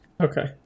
Okay